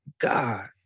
God